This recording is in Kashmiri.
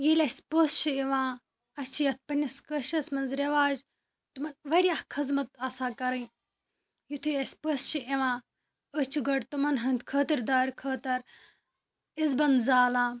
ییٚلہِ اَسہِ پٔژھۍ چھِ یِوان اَسہِ چھِ یَتھ پنٛنِس کٲشرِس منٛز رٮ۪واج تِمَن واریاہ خٔذمَت آسان کَرٕنۍ یُتھُے اَسہِ پٔژھۍ چھِ یِوان أسۍ چھِ گۄڈٕ تٕمَن ہُنٛد خٲطٕردار خٲطرٕ اِزبَنٛد زالان